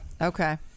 Okay